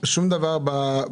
הוא לא משתנה.